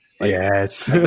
Yes